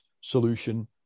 solution